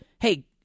hey